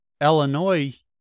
Illinois